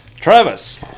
Travis